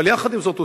אבל יחד עם זאת,